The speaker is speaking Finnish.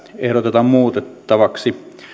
ehdotetaan muutettavaksi